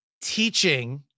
teaching